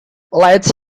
lights